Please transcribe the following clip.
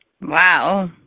Wow